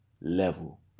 level